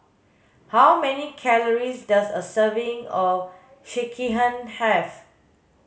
how many calories does a serving of Sekihan have